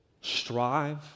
Strive